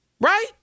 Right